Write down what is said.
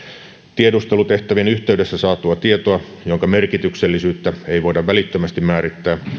tiedustelutehtävien yhteydessä saatua tietoa jonka merkityksellisyyttä ei voida välittömästi määrittää